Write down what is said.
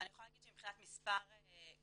אני יכולה להגיד שמבחינת מספר כמותי,